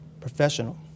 professional